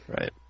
right